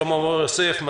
שלמה מור יוסף איתנו?